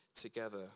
together